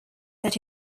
that